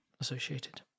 associated